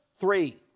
Three